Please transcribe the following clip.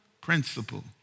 principle